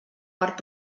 part